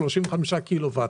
35 קילו ואט.